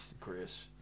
Chris